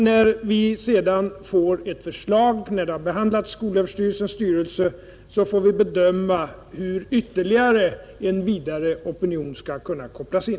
När sedan skolöverstyrelsens styrelse har behandlat materialet och vi får ett förslag får vi bedöma hur en vidare opinion skall kunna kopplas in.